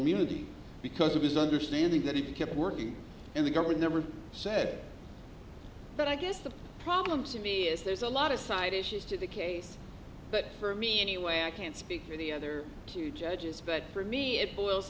munity because of his understanding that he kept working in the government never said but i guess the problem to me is there's a lot of side issues to the case but for me anyway i can't speak for the other two judges but for me it boils